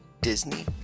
Disney